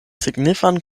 signifan